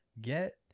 get